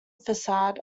facade